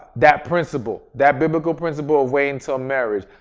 that principle. that biblical principle of waiting till marriage.